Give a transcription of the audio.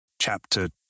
CHAPTER